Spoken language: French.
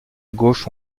gauche